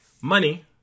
money